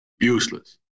useless